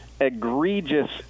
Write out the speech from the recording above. egregious